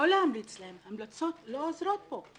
לא להמליץ להן - המלצות לא עוזרות פה.